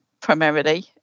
primarily